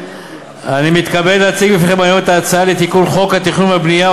אני מתכבד להציג בפניכם את ההצעה לתיקון חוק התכנון והבנייה,